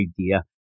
idea